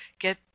get